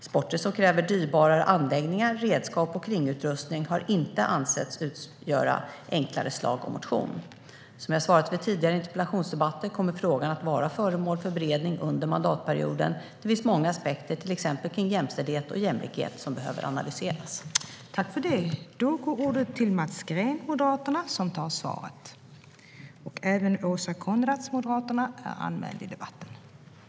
Sporter som kräver dyrbarare anläggningar, redskap och kringutrustning har inte ansetts utgöra enklare slag av motion. Som jag svarat vid tidigare interpellationsdebatter kommer frågan att vara föremål för beredning under mandatperioden. Det finns många aspekter, till exempel kring jämställdhet och jämlikhet, som behöver analyseras. Då Alexandra Anstrell hade framställt interpellationen under den tid hon tjänstgjort som ersättare för ledamot som därefter återtagit sin plats i riksdagen, medgav tredje vice talmannen att Mats Green i stället fick delta i överläggningen.